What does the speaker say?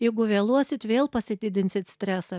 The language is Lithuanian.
jeigu vėluosit vėl pasididinsit stresą